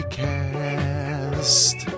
cast